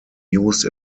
used